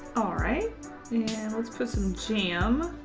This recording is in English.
all right. and let's put some jam.